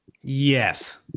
Yes